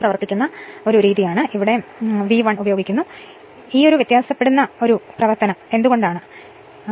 ഞാൻ V 1 ഉപയോഗിക്കുന്നു ഇത് തീർച്ചയായും വ്യത്യാസമാണ് ഒരു വ്യത്യാസ ഓപ്പറേറ്റർ V 2 എന്തിന് എന്തുകൊണ്ടാണ് ഞാൻ ഈ ചിഹ്നം ഉണ്ടാക്കിയത്